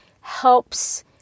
helps